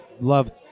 love